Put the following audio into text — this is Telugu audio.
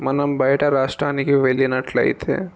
మనం బయట రాష్ట్రానికి వెళ్ళినట్టయితే